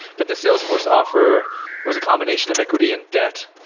but the salesforce offer was a combination of equity and debt.